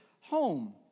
home